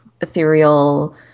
ethereal